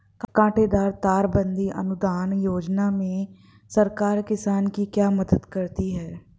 कांटेदार तार बंदी अनुदान योजना में सरकार किसान की क्या मदद करती है?